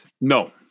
No